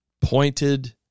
pointed